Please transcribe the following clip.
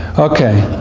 okay.